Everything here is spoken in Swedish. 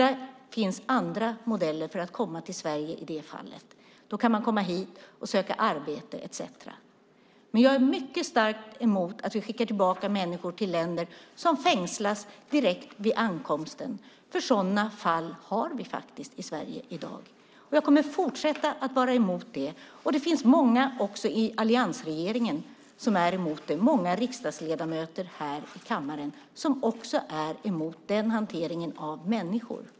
Där finns andra modeller för att komma till Sverige. Då kan man komma hit och söka arbete etcetera. Men jag är mycket starkt emot att vi skickar tillbaka människor till länder där de fängslas direkt vid ankomsten. Sådana fall har vi i Sverige i dag. Jag kommer att fortsätta att vara emot det. Och det finns många i alliansregeringen och riksdagsledamöter här i kammaren som också är emot den hanteringen av människor.